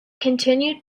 continued